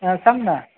हा सांग ना